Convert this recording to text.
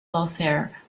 lothair